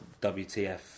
WTF